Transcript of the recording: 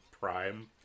Prime